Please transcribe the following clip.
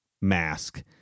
mask